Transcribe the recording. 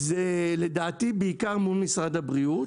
זה לדעתי בעיקר מול משרד הבריאות.